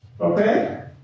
Okay